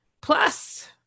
Plus